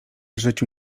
życiu